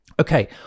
Okay